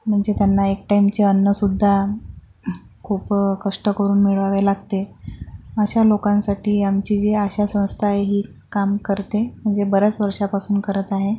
म्हंजे त्यांना एक टाईमचे अन्नसुद्धा खूप कष्ट करून मिळवावे लागते अशा लोकांसाठी आमची जी आशा संस्था आहे ही काम करते म्हणजे बऱ्याच वर्षापासून करत आहे